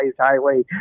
highway